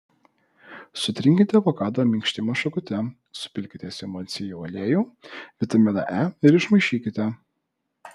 sutrinkite avokado minkštimą šakute supilkite simondsijų aliejų vitaminą e ir išmaišykite